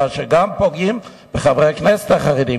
כאשר גם פוגעים בחברי הכנסת החרדים,